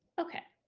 okay,